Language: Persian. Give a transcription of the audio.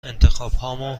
انتخابهام